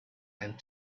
and